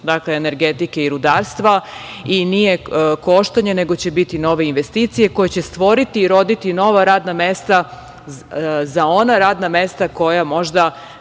delić energetike i rudarstva i nije koštanje, nego će biti nove investicije koje će stvoriti i roditi nova radna mesta za ona radna mesta koja možda